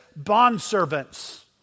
bondservants